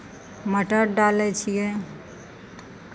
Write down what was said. मटर डालै छियै